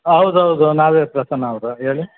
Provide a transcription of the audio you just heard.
ಆಂ ಹೌದು ಹೌದು ನಾವೇ ಪ್ರಸನ್ನ ಹೌದು ಹೇಳಿ